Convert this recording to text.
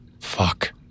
Fuck